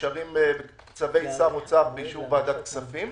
מאושרות בצווי שר אוצר באישור ועדת הכספים,